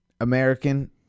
American